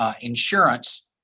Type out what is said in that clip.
insurance